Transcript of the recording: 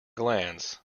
glance